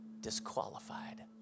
disqualified